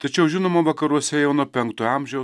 tačiau žinoma vakaruose jau nuo penktojo amžiaus